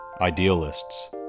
idealists